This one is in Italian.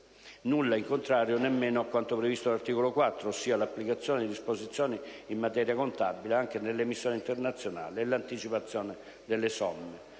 Nulla in contrario, nemmeno, a quanto previsto nell'articolo 4, ossia l'applicazione di disposizioni in materia contabile anche alle missioni internazionali e la possibilità